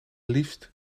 liefst